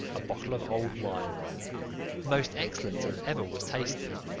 a bottle of old wine, the most excellent that ever was tasted,